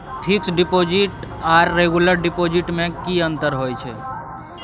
Fix deposit आर regular deposit में की अंतर होय छै?